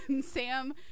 Sam